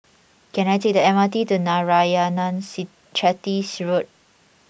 can I take the M R T to Narayanan Chetty Road